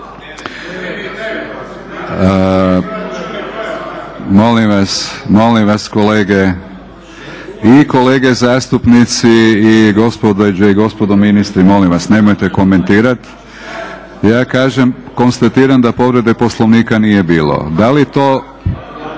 (HNS)** Molim vas kolege i kolege zastupnici i gospođe i gospodo ministri molim vas nemojte komentirati. Konstatiram da povrede Poslovnika nije bilo kolega